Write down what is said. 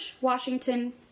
washington